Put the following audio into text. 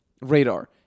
radar